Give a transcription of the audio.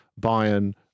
Bayern